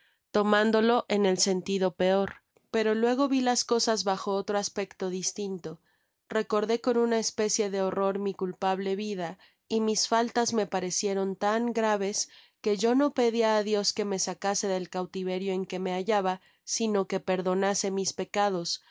tomándolo en el salidopeor pero luego vi las cosas bajo otro aspecto distinto recordé con una especie de horror mi culpable vida y mis faltas me parecieron tan graves que yo no pedia a dios que me sacase del cautiverio en que me hallaba sino que perdonase mis pecados